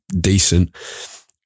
decent